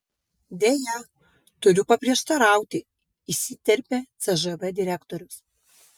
deja turiu paprieštarauti įsiterpė cžv direktorius